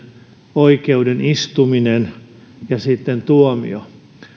oikeuden istuminen ja sitten tuomio